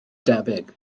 debyg